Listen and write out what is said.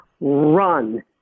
run